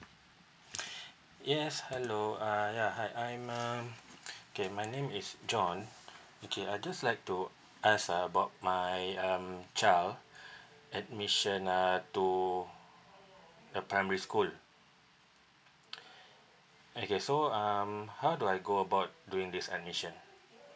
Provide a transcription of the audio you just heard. yes hello uh ya hi I'm um okay my name is john okay I just like to ask about my um child admission uh to the primary school okay so um how do I go about doing this admission